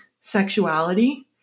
sexuality